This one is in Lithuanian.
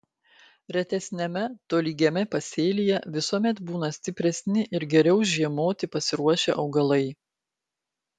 retesniame tolygiame pasėlyje visuomet būna stipresni ir geriau žiemoti pasiruošę augalai